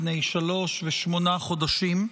בני שלוש ושמונה חודשים.